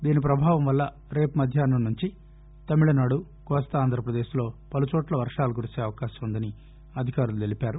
దీని ప్రభావం వల్ల రేపు మధ్యాహ్నం నుంచి తమిళనాడు కోస్తా ఆంధ్రపదేశ్లో పలు చోట్ల వర్వాలు కురిసే అవకాశం ఉందని అధికారులు తెలిపారు